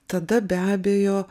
tada be abejo